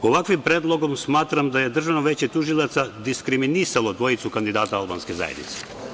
Ovakvim predlogom smatram da je Državno veće tužilaca diskriminisalo dvojicu kandidata albanske zajednice.